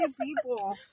people